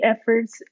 efforts